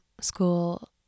school